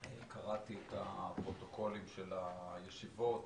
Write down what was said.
קראתי את הפרוטוקולים של הישיבות